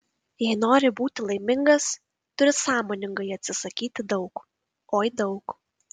jei nori būti laimingas turi sąmoningai atsisakyti daug oi daug